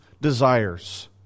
desires